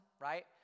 right